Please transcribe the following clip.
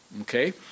okay